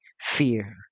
fear